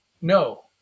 no